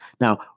Now